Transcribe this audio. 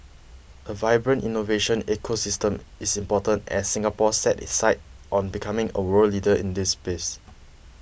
a vibrant innovation ecosystem is important as Singapore sets its sights on becoming a world leader in this space